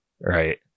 right